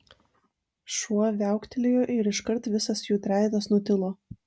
šuo viauktelėjo ir iškart visas jų trejetas nutilo